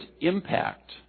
impact